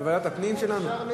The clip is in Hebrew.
בוועדת הפנים שלנו?